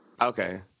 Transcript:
Okay